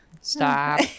Stop